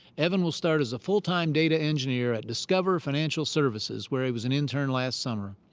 evan will start as a full time data engineer at discover financial services, where he was an intern last summer.